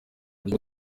buryo